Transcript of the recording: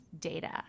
data